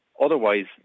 Otherwise